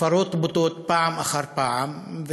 הפרות בוטות פעם אחר פעם,